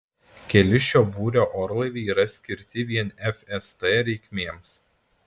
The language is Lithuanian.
keli šio būrio orlaiviai yra skirti vien fst reikmėms